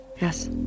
Yes